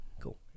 cool